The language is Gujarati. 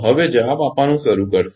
હવે જવાબ આપવાનું શરૂ કરશે